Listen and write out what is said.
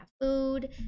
Food